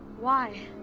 why?